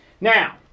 Now